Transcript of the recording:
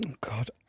God